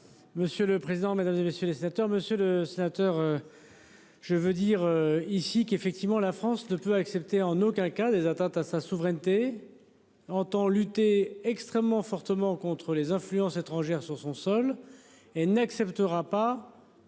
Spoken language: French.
Monsieur le président, Mesdames, et messieurs les sénateurs, Monsieur le Sénateur. Je veux dire ici, qu'effectivement, la France ne peut accepter en aucun cas des atteintes à sa souveraineté. Entend lutter extrêmement fortement contre les influences étrangères sur son sol et n'acceptera pas.